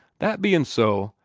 that bein' so,